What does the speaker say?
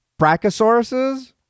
Brachiosauruses